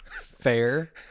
Fair